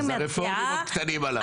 הרפורמים קטנים עליו.